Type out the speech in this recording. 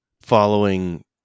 following